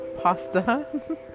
pasta